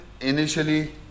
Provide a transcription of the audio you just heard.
initially